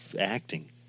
acting